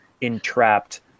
entrapped